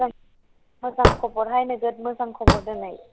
मोजां खबरहाय नोगोद मोजां खबर दिनै